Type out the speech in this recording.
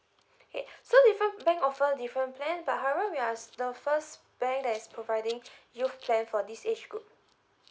okay so different bank offer different plan but however we are the first bank that is providing youth plan for this age group